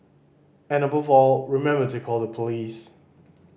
and above all remember to call the police